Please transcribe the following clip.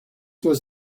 was